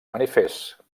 manifest